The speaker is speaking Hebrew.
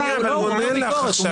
קארין, הוא עונה לך.